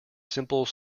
simple